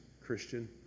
Christian